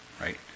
right